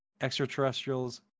extraterrestrials